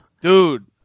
Dude